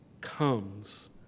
comes